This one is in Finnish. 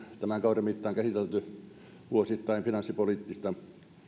tämän kauden mittaan käsitelty vuosittain finanssipoliittista